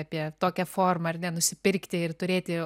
apie tokią formą ar ne nusipirkti ir turėti